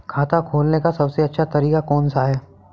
खाता खोलने का सबसे अच्छा तरीका कौन सा है?